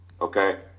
okay